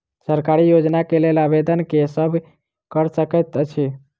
सरकारी योजना केँ लेल आवेदन केँ सब कऽ सकैत अछि?